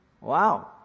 wow